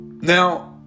Now